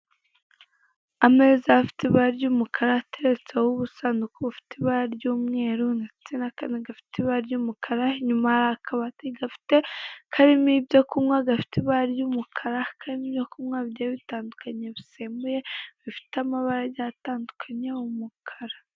Ameza afite ibara ry'umukara ateretseho ubusanduku bufite ibara ry'umweru ndetse na kamwe gafite ibara ry'umukara, inyuma hari akabati karimo ibyokunywa gafite ibara ry'umukara, karimo ibyokunywa bigiye bitandukanye bisembuye bifite amabara agiye atandukanye, umukara.